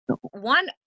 one